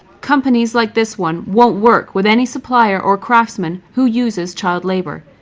companies, like this one, won't work with any supplier or craftsman who uses child labour.